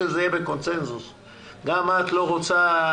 גם את לא רוצה,